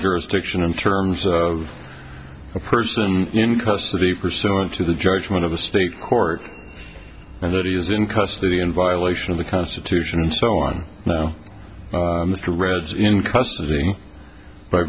jurisdiction in terms of a person in custody persona to the judgment of a state court and that he is in custody in violation of the constitution and so on mr red's in custody by